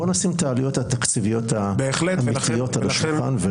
בואו נשים את העלויות התקציביות האמיתיות על השולחן.